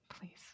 Please